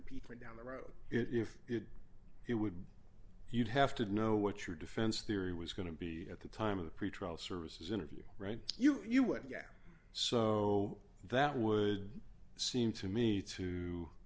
impeachment down the road if it it would be you'd have to know what your defense theory was going to be at the time of the pretrial services interview right you would get so that would seem to me to